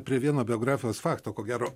prie vieno biografijos fakto ko gero